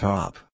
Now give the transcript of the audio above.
Top